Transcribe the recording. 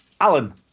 Alan